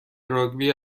راگبی